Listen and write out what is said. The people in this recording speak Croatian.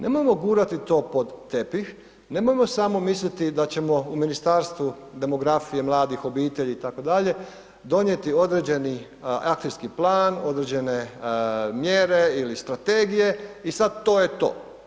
Nemojmo gurati to pod tepih, nemojmo samo misliti da ćemo u Ministarstvu demografije, mladi, obitelji itd., donijeti određeni akcijski plan, određene mjere ili strategije i sad to je to.